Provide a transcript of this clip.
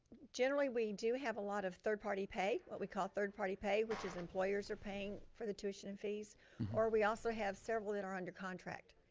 generally we do have a lot of third-party pay, what we call third-party pay, which is employers are paying for the tuition fees or we also have several that are under contract.